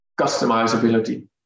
customizability